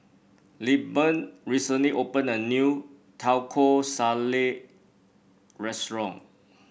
Lilburn recently opened a new Taco Salad restaurant